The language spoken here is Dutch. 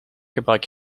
gebruik